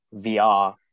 VR